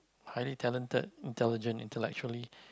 highly talented intelligent intellectually